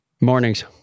Mornings